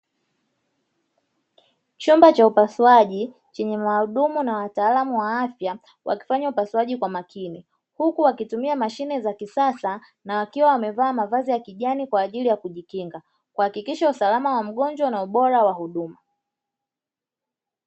Chumba cha upasuaji chenye wahudumu na wataalamu wa afya wakifanya upasuaji kwa makini, huku wakitumia mashine za kisasa na wakiwa wamevaa mavazi ya kijani kwa ajili ya kujikinga, kuhakikisha usalama wa mgonjwa na ubora wa huduma.